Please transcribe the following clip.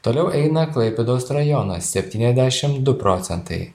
toliau eina klaipėdos rajonas septyniasdešim du procentai